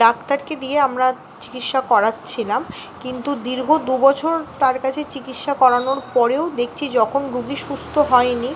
ডাক্তারকে দিয়ে আমরা চিকিৎসা করাচ্ছিলাম কিন্তু দীর্ঘ দু বছর তার কাছে চিকিৎসা করানোর পরেও দেখছি যখন রুগী সুস্থ হয়নি